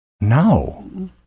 No